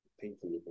people